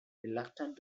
reluctant